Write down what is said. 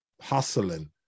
hustling